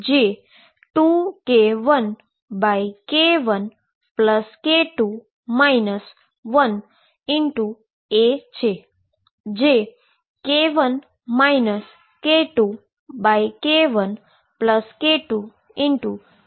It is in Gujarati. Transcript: જે 2k1k1k2 1A છે જે k1 k2k1k2 B દ્વારા લખી શકાય છે